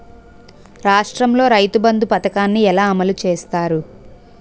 రాష్ట్రంలో రైతుబంధు పథకాన్ని ఎలా అమలు చేస్తారు?